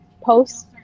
posts